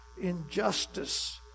injustice